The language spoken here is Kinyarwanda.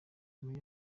nyuma